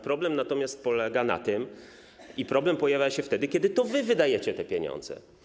Problem natomiast polega na tym i problem pojawia się wtedy, kiedy to wy wydajecie te pieniądze.